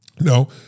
No